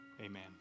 amen